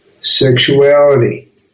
Sexuality